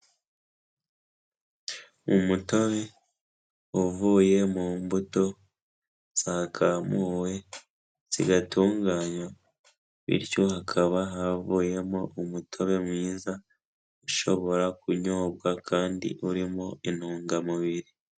Umutobe uvuye mu mbuto zakamuwe, zigatunganywa bityo hakaba havuyemo umutobe mwiza, ushobora kunyobwa kandi urimo intungamubiri.